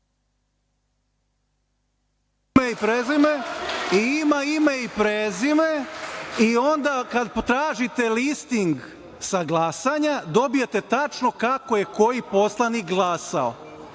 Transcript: ima ime i prezime i, onda kada tražite listing sa glasanja, dobijete tačno kako je koji poslanik glasao,